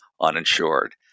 uninsured